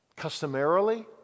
Customarily